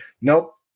nope